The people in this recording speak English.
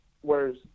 whereas